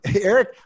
Eric